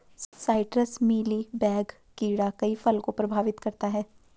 citrus mealy bug कीड़ा कई फल को प्रभावित करता है